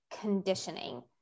conditioning